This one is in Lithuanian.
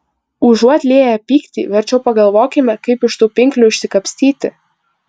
užuot lieję pyktį verčiau pagalvokime kaip iš tų pinklių išsikapstyti